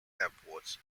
airports